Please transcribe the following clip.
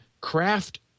craft